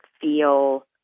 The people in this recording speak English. feel